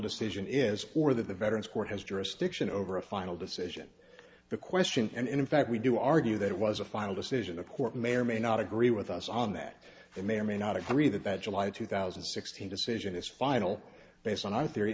decision is or that the veterans court has jurisdiction over a final decision the question and in fact we do argue that it was a final decision the court may or may not agree with us on that they may or may not agree that that july two thousand and sixteen decision is final based on theory